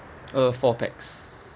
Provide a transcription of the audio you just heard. uh four pax